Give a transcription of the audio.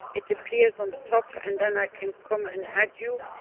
it appears on the top and then i can come and add you,